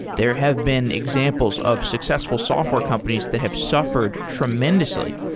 there have been examples of successful software companies that have suffered tremendously,